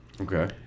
Okay